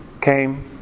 came